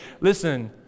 Listen